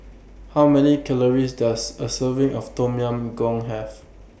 How Many Calories Does A Serving of Tom Yam Goong Have